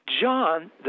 John